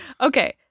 Okay